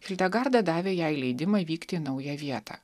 hildegarda davė jai leidimą vykti į naują vietą